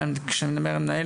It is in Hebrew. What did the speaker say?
כשאני מדבר על מנהל,